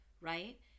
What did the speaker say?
Right